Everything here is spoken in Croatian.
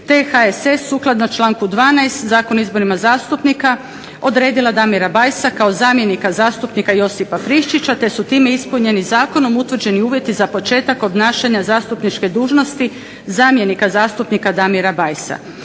HSS sukladno članku 12. Zakona o izboru zastupnika odredilo Damira BAjsa kao zamjenika zastupnika Josipa Friščića te su time ispunjeni zakonom utvrđeni uvjeti za početak obnašanja zastupničke dužnosti zamjenika zastupnika Damira BAjsa.